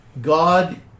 God